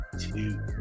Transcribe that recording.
two